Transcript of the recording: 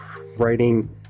writing